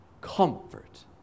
comfort